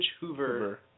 Hoover